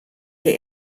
der